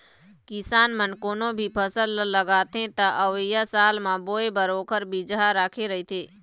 किसान मन कोनो भी फसल ल लगाथे त अवइया साल म बोए बर ओखरे बिजहा राखे रहिथे